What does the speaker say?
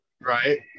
Right